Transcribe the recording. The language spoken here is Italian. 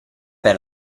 per